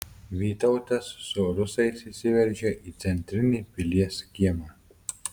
vytautas su rusais įsiveržia į centrinį pilies kiemą